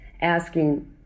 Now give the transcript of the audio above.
asking